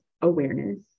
awareness